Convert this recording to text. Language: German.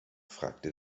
fragte